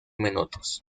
minutos